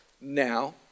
now